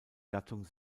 gattung